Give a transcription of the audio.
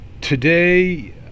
today